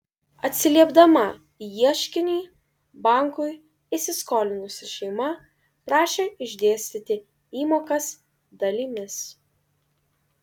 atsiliepdama į ieškinį bankui įsiskolinusi šeima prašė išdėstyti įmokas dalimis